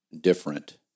different